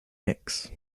nicks